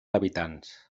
habitants